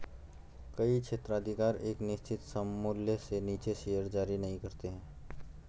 कई क्षेत्राधिकार एक निश्चित सममूल्य से नीचे शेयर जारी नहीं करते हैं